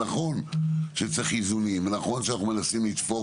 נכון שצריך איזונים ונכון שאנחנו מנסים לתפור